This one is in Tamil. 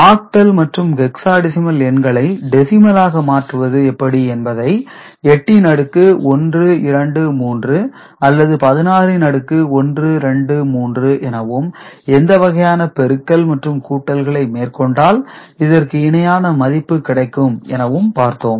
ஆக்டல் மற்றும் ஹெக்சாடெசிமல் எண்களை டெசிமலாக மாற்றுவது எப்படி என்பதை 8 ன் அடுக்கு 1 2 3 அல்லது 16 ன் அடுக்கு 1 2 3 எனவும் எந்த வகையான பெருக்கல் மற்றும் கூட்டல்களை மேற்கொண்டால் இதற்கு இணையான மதிப்பு கிடைக்கும் என பார்தோம்